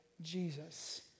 Jesus